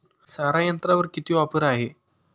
सारा यंत्रावर किती ऑफर आहे?